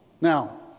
Now